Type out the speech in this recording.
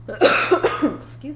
excuse